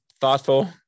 thoughtful